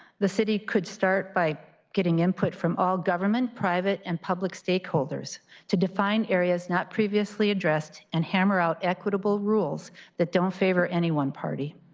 the city could start by getting input from all government, private and public stakeholders to define areas not previously addressed and hammer out equitable rules that don't favor any one party.